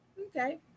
okay